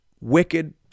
wicked